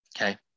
Okay